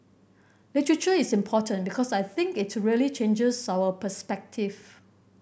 literature is important because I think it really changes our perspective